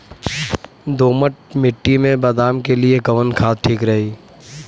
दोमट मिट्टी मे बादाम के लिए कवन खाद ठीक रही?